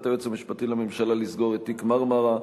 היועץ המשפטי לממשלה לסגור את תיק "מרמרה",